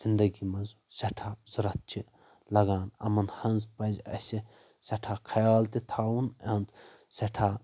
زندگی منٛز سیٚٹھاہ ضوٚرتھ چھِ لگان یِمن ہنٛز پزِ اسہِ سیٚٹھاہ خیال تہِ تھاوُن إہُند سیٚٹھاہ